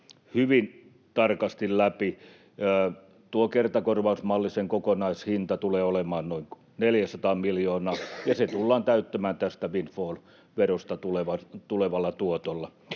hyvin tarkasti läpi. Tuon kertakorvausmallin kokonaishinta tulee olemaan noin 400 miljoonaa, ja se tullaan täyttämään tästä windfall-verosta tulevalla tuotolla.